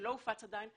שלא הופץ עדיין.